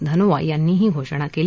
धनोआ यांनी ही घोषणा कली